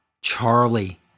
Charlie